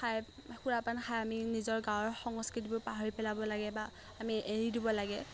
খাই সুৰাপান খাই আমি নিজৰ গাঁৱৰ সংস্কৃতিবোৰ পাহৰি পেলাব লাগে বা আমি এৰি দিব লাগে